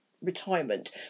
Retirement